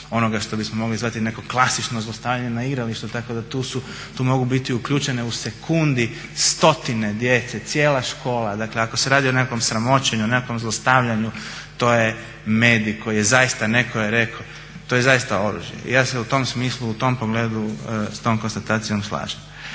onoga što bismo mogli zvati nekakvo klasično zlostavljanje na igralištu. Tako da tu mogu biti uključene u sekundi stotine djece, cijela škola. Dakle, ako se radi o nekakvom sramoćenju, nekakvom zlostavljanju to je medij koji je zaista netko je rekao to je zaista oružje. Ja se u tom smislu u tom pogledu s tom konstatacijom slažem.